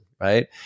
Right